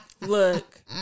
look